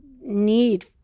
need